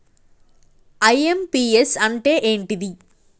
IMPS అంటే ఏంటిది?